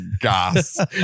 gas